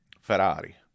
Ferrari